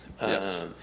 yes